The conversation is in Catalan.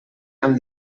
amb